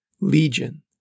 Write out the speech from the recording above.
Legion